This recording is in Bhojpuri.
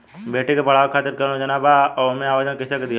बेटी के पढ़ावें खातिर कौन योजना बा और ओ मे आवेदन कैसे दिहल जायी?